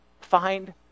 find